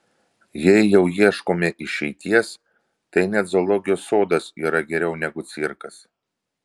jei jau ieškome išeities tai net zoologijos sodas yra geriau negu cirkas